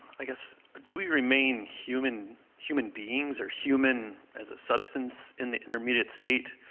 i guess do we remain human human beings or human as a substance in the intermediate state.